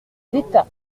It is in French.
d’état